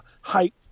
height